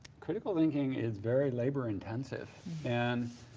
critical thinking is very labor intensive and,